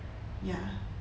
ya